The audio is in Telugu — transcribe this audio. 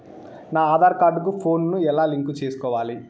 నా ఆధార్ కార్డు కు ఫోను ను ఎలా లింకు సేసుకోవాలి?